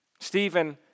Stephen